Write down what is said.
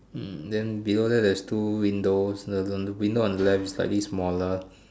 hmm then below there there's two windows the the window on the left is slightly smaller